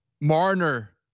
Marner